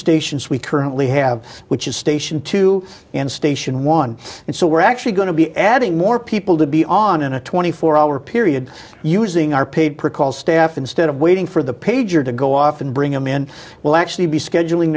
stations we currently have which is station to station one and so we're actually going to be adding more people to be on in a twenty four hour period using our paid per call staff instead of waiting for the pager to go off and bring them in will actually be scheduling